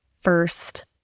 first